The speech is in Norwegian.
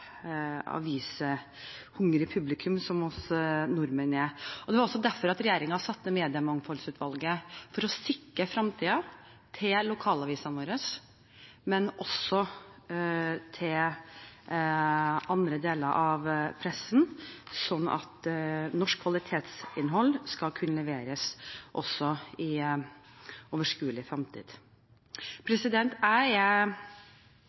et avishungrig publikum som vi nordmenn er. Det var også derfor regjeringen nedsatte Mediemangfoldsutvalget for å sikre framtida til lokalavisene våre, men også til andre deler av pressen, slik at norsk kvalitetsinnhold skal kunne leveres også i overskuelig framtid. Jeg er